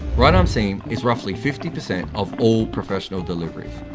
right arm seam is roughly fifty percent of all professional deliveries,